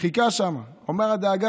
אמרו לו: אל תדאג, יהיה בסדר.